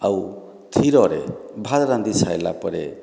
ଆଉ ଥିରରେ ଭାତ୍ ରାନ୍ଧି ସାରିଲା ପରେ